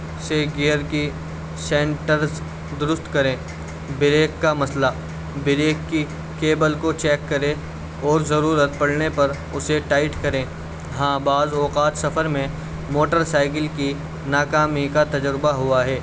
سے گیئر کی سینٹرز درست کریں بریک کا مسئلہ بریک کی کیبل کو چیک کرے اور ضرورت پڑنے پر اسے ٹائٹ کریں ہاں بعض اوقات سفر میں موٹر سائیکل کی ناکامی کا تجربہ ہوا ہے